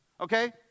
Okay